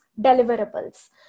deliverables